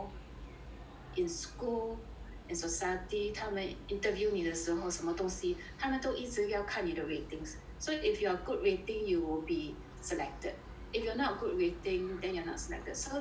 in school and society 他们 interview 你的时候什么东西他们都一直要看你的 ratings so if you're good rating you will be selected if you are not good rating then you're not selected so this